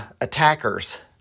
attackers